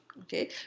okay